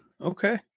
Okay